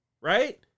Right